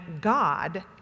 God